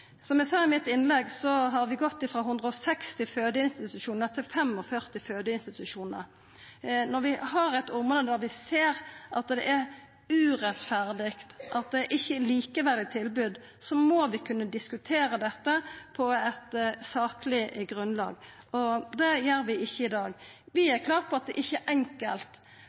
Som eg sa i innlegget mitt, har vi gått frå 160 fødeinstitusjonar til 45. Når vi har eit område der vi ser at det er urettferdig at det ikkje er eit likeverdig tilbod, må vi kunna diskutera dette på eit sakleg grunnlag. Det gjer vi ikkje i dag. Vi er klare på at det ikkje er enkelt.